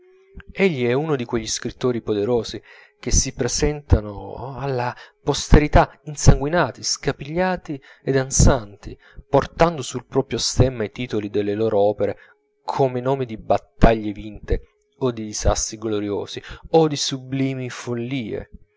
egli è uno di quegli scrittori poderosi che si presentano alla posterità insanguinati scapigliati ed ansanti portando sul proprio stemma i titoli delle loro opere come nomi di battaglie vinte o di disastri gloriosi o di sublimi follie